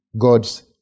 God's